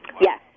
Yes